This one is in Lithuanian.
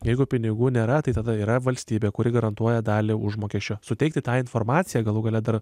jeigu pinigų nėra tai tada yra valstybė kuri garantuoja dalį užmokesčio suteikti tą informaciją galų gale dar